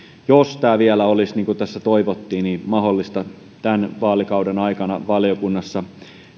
tämä vielä olisi niin kuin tässä toivottiin mahdollista tämän vaalikauden aikana valiokunnassa